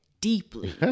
Deeply